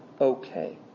okay